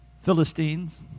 Philistines